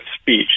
speech